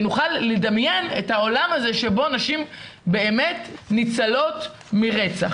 שנוכל לדמיין את העולם הזה שבו נשים באמת ניצלות מרצח.